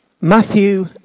Matthew